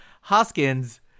Hoskins